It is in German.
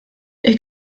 ich